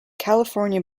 california